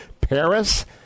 Paris